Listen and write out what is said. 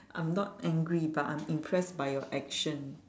I'm not angry but I'm impressed by your action